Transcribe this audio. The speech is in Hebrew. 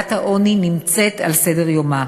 ובעיית העוני נמצאת על סדר-יומה.